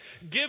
Give